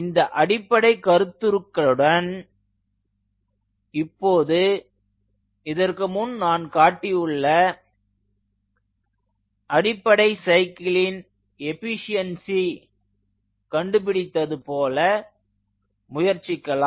இந்த அடிப்படை கருத்துக்களுடன் இப்போது இதற்கு முன் நான் காட்டியுள்ள அடிப்படை சைக்கிளின் எஃபீஷியன்ஸி கண்டுபிடித்தது போல முயற்சிக்கலாம்